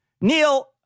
Neil